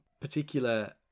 particular